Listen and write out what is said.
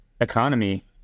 economy